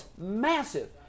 massive